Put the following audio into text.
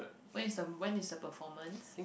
when is the when is the performance